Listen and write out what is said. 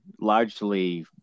largely